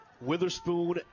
Witherspoon